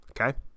Okay